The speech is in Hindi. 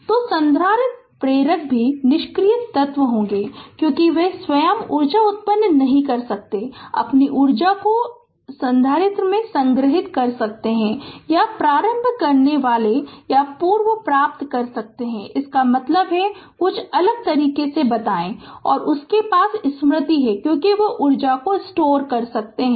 तो संधारित्र प्रेरक भी निष्क्रिय तत्व क्योंकि वे स्वयं ऊर्जा उत्पन्न नहीं कर सकते हैं अपनी ऊर्जा को संधारित्र में संग्रहीत कर सकते हैं या प्रारंभ करनेवाला पुनर्प्राप्त भी कर सकते हैं इसका मतलब है कुछ अलग तरीके भी है बताएं कि उनके पास स्मृति है क्योंकि वे ऊर्जा को स्टोर कर सकते हैं